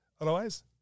Otherwise